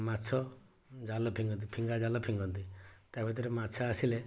ମାଛ ଜାଲ ଫିଙ୍ଗନ୍ତି ଫିଙ୍ଗା ଜାଲ ଫିଙ୍ଗନ୍ତି ତା ଭିତରେ ମାଛ ଆସିଲେ